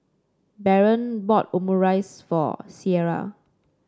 Baron bought Omurice for Sierra